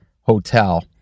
hotel